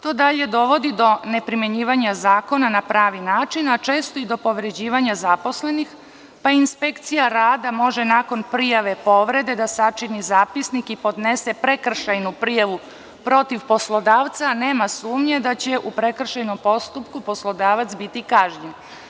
To dalje dovodi do neprimenjivanja zakona na pravi način, a često i do povređivanja zaposlenih, pa inspekcija rada može nakon prijave povrede da sačini zapisnik i podnese prekršajnu prijavu protiv poslodavca, a nema sumnje da će u prekršajnom postupku poslodavac biti kažnjen.